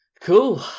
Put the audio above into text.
Cool